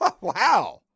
Wow